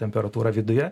temperatūrą viduje